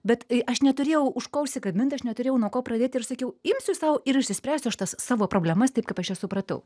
bet aš neturėjau už ko užsikabint aš neturėjau nuo ko pradėti ir sakiau imsiu sau ir išsispręsiu aš tas savo problemas taip kaip aš jas supratau